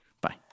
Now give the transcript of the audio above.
Bye